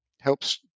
helps